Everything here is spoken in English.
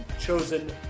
chosen